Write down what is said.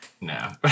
no